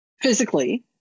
physically